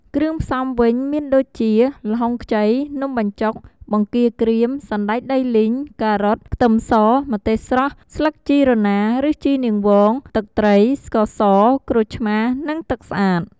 គ្រឿងផ្សំវិញមានដូចជា ល្ហុងខ្ចី នំបញ្ចុក បង្គាក្រៀម សណ្ដែកដីលីង ការ៉ុត ខ្ទឹមស ម្ទេសស្រស់ ស្លឹកជីរណាឬជីនាងវង ទឹកត្រី ស្ករស ក្រូចឆ្មារ និងទឹកស្អាត។